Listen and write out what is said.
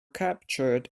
captured